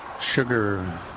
sugar